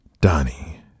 Donnie